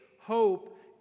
hope